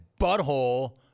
butthole